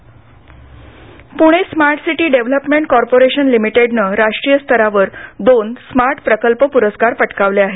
smart city Pune smart city development corporation लिमिटेडनं राष्ट्रीय स्तरावर दोन स्मार्ट प्रकल्प प्रस्कार पटकावले आहेत